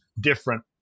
different